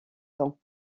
temps